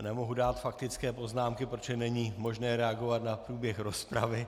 Nemohu dát faktické poznámky, protože není možné reagovat na průběh rozpravy.